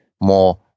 more